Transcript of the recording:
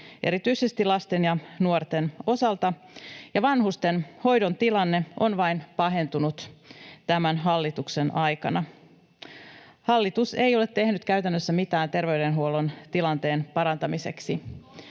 erityisesti lasten ja nuorten osalta, ja vanhustenhoidon tilanne on vain pahentunut tämän hallituksen aikana. Hallitus ei ole tehnyt käytännössä mitään terveydenhuollon tilanteen parantamiseksi.